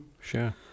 sure